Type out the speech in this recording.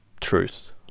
truth